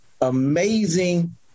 amazing